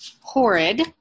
Horrid